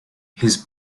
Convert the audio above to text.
his